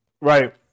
Right